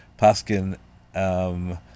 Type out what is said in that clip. paskin